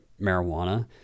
marijuana